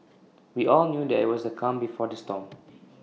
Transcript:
we all knew that IT was the calm before the storm